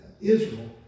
Israel